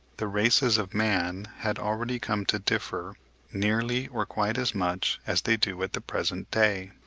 the races of man had already come to differ nearly or quite as much as they do at the present day.